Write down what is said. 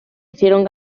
hicieron